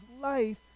life